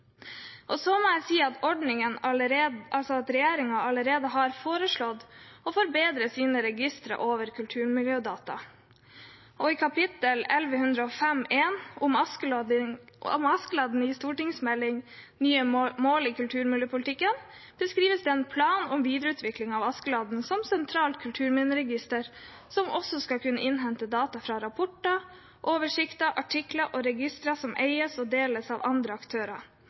Så må jeg si at regjeringen allerede har foreslått å forbedre sine registre over kulturmiljødata, og i kapittel 11.5.1, Askeladden, i stortingsmeldingen om nye mål i kulturmiljøpolitikken beskrives det en plan om videreutvikling av Askeladden som sentralt kulturminneregister som også skal kunne innhente data fra rapporter, oversikter, artikler og registre som eies og deles av andre aktører.